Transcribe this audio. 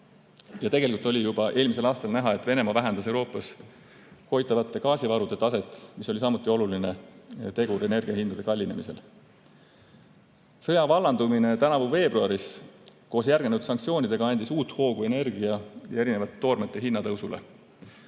Tegelikult oli juba eelmisel aastal näha, et Venemaa vähendas Euroopas hoitavate gaasivarude mahtu, mis oli samuti oluline tegur energiahindade kallinemisel. Sõja vallandumine tänavu veebruaris koos järgnenud sanktsioonidega andis uut hoogu energia ja erinevate toormete hinna tõusule.